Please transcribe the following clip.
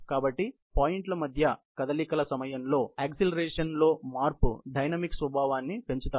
కాబట్టి పాయింట్ల మధ్య కదలికల సమయంలో త్వరణం యొక్క లో మార్పు డైనమిక్ స్వభావాన్ని పెంచుతాయి